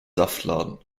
saftladen